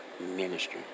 ministry